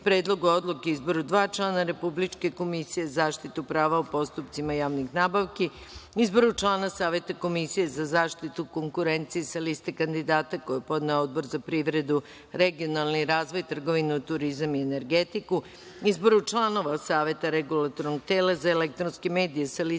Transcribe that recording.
Predlogu odluke o izboru dva člana Republičke komisije za zaštitu prava u postupcima javnih nabavki, Izboru člana Saveta Komisije za zaštitu konkurencije, sa liste kandidata koju je podneo Odbor za privredu, regionalni razvoj, trgovinu, turizam i energetiku, Izboru članova Saveta Regulatornog tela za elektronske medije sa liste